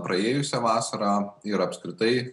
praėjusią vasarą ir apskritai